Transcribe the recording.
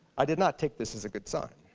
i did not take this as a good sign.